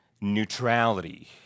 neutrality